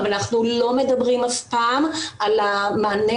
אבל אנחנו לא מדברים אף פעם על המעגל